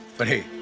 but hey.